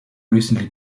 recently